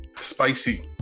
Spicy